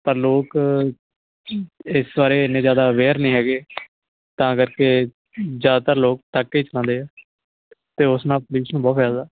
ਪਰ ਲੋਕ ਇਸ ਬਾਰੇ ਇੰਨੇ ਜ਼ਿਆਦਾ ਅਵੇਅਰ ਨਹੀਂ ਹੈਗੇ ਤਾਂ ਕਰਕੇ ਜ਼ਿਆਦਾਤਰ ਲੋਕ ਪਟਾਕੇ ਚਲਾਉਂਦੇ ਹੈ ਅਤੇ ਉਸ ਨਾਲ ਪਲੂਸ਼ਨ ਬਹੁਤ ਫੈਲਦਾ